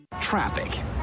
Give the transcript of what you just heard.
Traffic